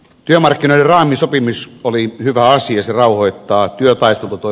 työmarkkinaraamisopimus oli hyvä asia se rauhoittaa työtä istuutui